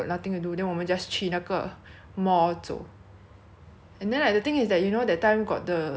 and then like the thing is that you know that time got the virus like a bit a bit only like in philippines